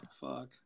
Fuck